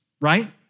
right